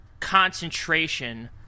Concentration